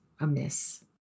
amiss